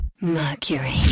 Mercury